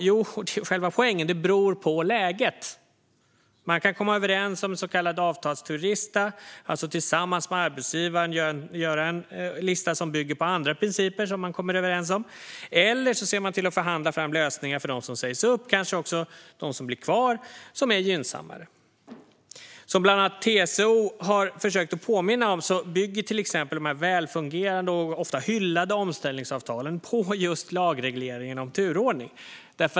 Jo, själva poängen är att det beror på läget. Man kan komma överens om en så kallad avtalsturlista, alltså att man tillsammans med arbetsgivaren gör en lista som bygger på andra principer som man kommer överens om. Eller så ser man till att förhandla fram lösningar för dem som sägs upp, kanske också för dem som blir kvar, som är gynnsammare. Bland andra TCO har försökt påminna om att till exempel dessa välfungerande och ofta hyllade omställningsavtal bygger på just lagregleringen om turordning.